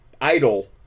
idol